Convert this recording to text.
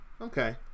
Okay